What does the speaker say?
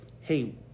hey